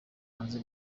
hanze